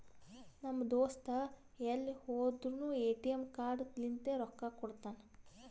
ನಮ್ ದೋಸ್ತ ಎಲ್ ಹೋದುರ್ನು ಎ.ಟಿ.ಎಮ್ ಕಾರ್ಡ್ ಲಿಂತೆ ರೊಕ್ಕಾ ಕೊಡ್ತಾನ್